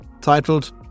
titled